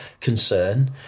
concern